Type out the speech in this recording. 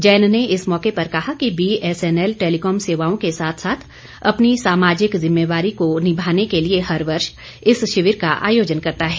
जैन ने इस मौके पर कहा कि बीएसएनएल टैलीकॉम सेवाओं के साथ साथ अपनी सामाजिक जिम्मेवारी को निभाने के लिए हर वर्ष इस शिविर का आयोजन करता है